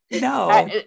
no